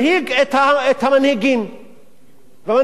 והמנהיגים רצים אחריו ומקצינים עוד יותר.